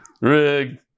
rig